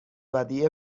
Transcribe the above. ودیعه